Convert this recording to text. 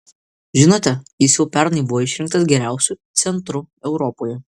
žinote jis jau pernai buvo išrinktas geriausiu centru europoje